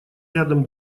рядом